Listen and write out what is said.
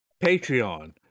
patreon